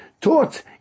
taught